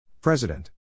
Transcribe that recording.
President